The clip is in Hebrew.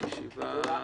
הישיבה נעולה.